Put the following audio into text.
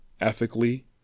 ethically